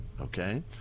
okay